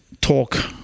talk